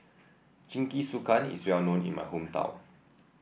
Jingisukan is well known in my hometown